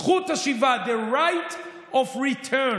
זכות השיבה, the right of return,